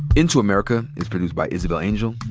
into america is produced by isabel angel,